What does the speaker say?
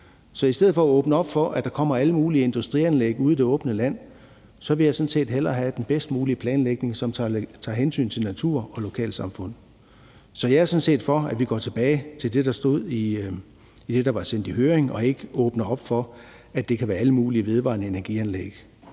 Så i stedet for at åbne op for, at der kommer alle mulige industrianlæg ude i det åbne land, vil jeg sådan set hellere have den bedst mulige planlægning, som tager hensyn til natur og lokalsamfund. Så jeg er sådan set for, at vi går tilbage til det, der stod i det, der var sendt i høring, og ikke åbner op for, at det kan være alle mulige vedvarende energi-anlæg.